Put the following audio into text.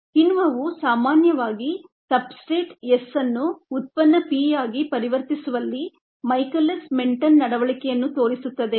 2 ಕಿಣ್ವವು ಸಾಮಾನ್ಯವಾಗಿ substrate S ಅನ್ನು ಉತ್ಪನ್ನ P ಯಾಗಿ ಪರಿವರ್ತಿಸುವಲ್ಲಿ ಮೈಕೆಲಿಸ್ ಮೆನ್ಟೆನ್ ನಡವಳಿಕೆಯನ್ನು ತೋರಿಸುತ್ತದೆ